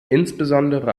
insbesondere